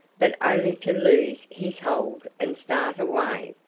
but only to loose his hold and start away.